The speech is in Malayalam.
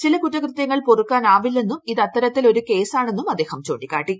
ചില കുറ്റകൃത്യങ്ങൾ പൊറുക്കാനാവില്ലെന്നും ഇത് അത്തരത്തിൽ ഒരു കേസാണെന്നും അദ്ദേഹം ചൂണ്ടിക്കാട്ടി